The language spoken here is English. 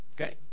Okay